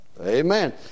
Amen